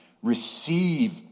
receive